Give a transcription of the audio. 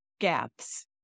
gaps